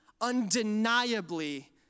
undeniably